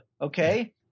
okay